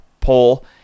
poll